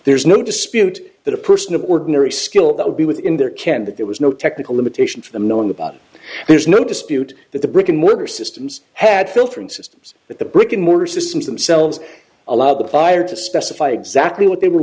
there's no dispute that a person of ordinary skill that would be within their can but there was no technical limitation for them knowing about it there's no dispute that the brick and mortar systems had filtering systems that the brick and mortar systems themselves allowed the buyer to specify exactly what they were